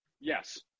Yes